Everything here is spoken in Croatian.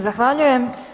Zahvaljujem.